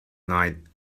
night